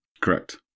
Correct